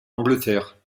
angleterre